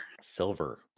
Silver